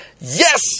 yes